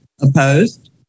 opposed